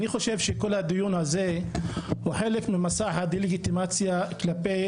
אני חושב שכל הדיון הזה הוא חלק ממסע הדה לגיטימציה כלפי